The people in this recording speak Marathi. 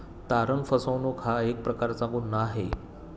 तारण फसवणूक हा एक प्रकारचा गुन्हा आहे